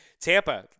Tampa